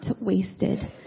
wasted